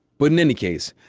but in any case,